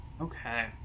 Okay